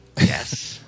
Yes